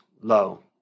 low